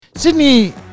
Sydney